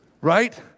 right